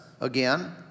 again